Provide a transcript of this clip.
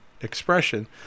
expression